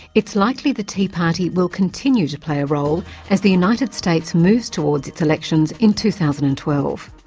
it's likely the tea party will continue to play a role as the united states moves towards its elections in two thousand and twelve.